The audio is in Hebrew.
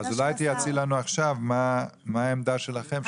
אולי תגידי לנו עכשיו מה העמדה שלכם.